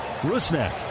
Rusnak